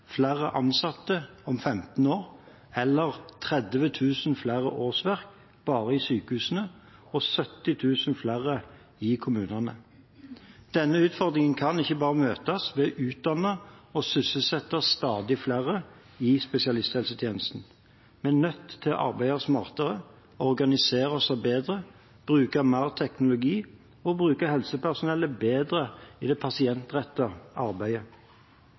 flere ansatte om 15 år, eller 30 000 flere årsverk bare i sykehusene og 70 000 flere i kommunene. Denne utfordringen kan ikke bare møtes ved å utdanne og sysselsette stadig flere i spesialisthelsetjenesten. Vi er nødt til å arbeide smartere og organisere oss bedre, bruke mer teknologi og bruke helsepersonellet bedre i det pasientrettede arbeidet.